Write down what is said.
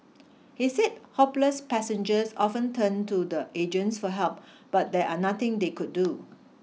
he said hopeless passengers often turned to the agents for help but there are nothing they could do